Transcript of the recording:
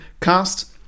Cast